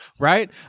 Right